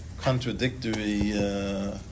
contradictory